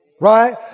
Right